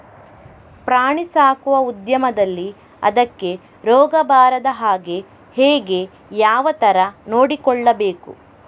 ಪ್ರಾಣಿ ಸಾಕುವ ಉದ್ಯಮದಲ್ಲಿ ಅದಕ್ಕೆ ರೋಗ ಬಾರದ ಹಾಗೆ ಹೇಗೆ ಯಾವ ತರ ನೋಡಿಕೊಳ್ಳಬೇಕು?